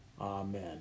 Amen